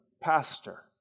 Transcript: pastor